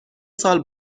سال